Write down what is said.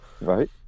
right